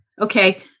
Okay